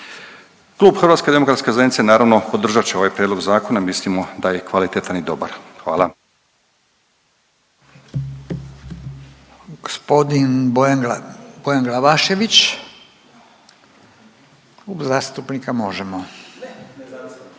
Klub HDZ-a naravno, podržat će ovaj prijedlog zakona, mislimo da je kvalitetan i dobar. Hvala.